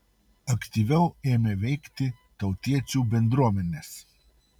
aktyviau ėmė veikti tautiečių bendruomenės